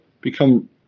become